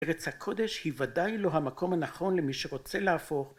ארץ הקודש היא ודאי לא המקום הנכון למי שרוצה להפוך